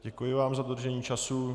Děkuji vám za dodržení času.